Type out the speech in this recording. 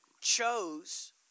chose